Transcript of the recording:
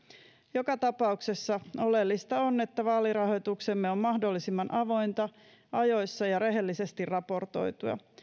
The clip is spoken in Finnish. joka tapauksessa oleellista on että vaalirahoituksemme on mahdollisimman avointa ja ajoissa ja rehellisesti raportoitua